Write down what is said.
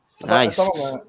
Nice